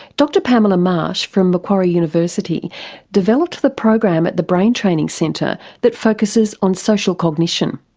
dr pamela marsh from macquarie university developed the program at the brain training centre that focuses on social cognition.